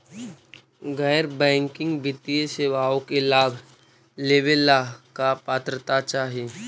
गैर बैंकिंग वित्तीय सेवाओं के लाभ लेवेला का पात्रता चाही?